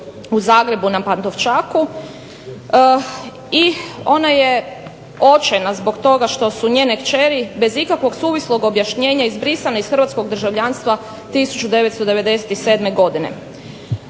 u Zagrebu na Pantovčaku i ona je očajna zbog toga što su njene kćeri bez ikakvog suvislog objašnjenja izbrisane iz hrvatskog državljanstva 1997. godine.